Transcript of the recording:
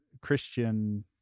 Christian